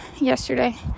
yesterday